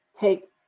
take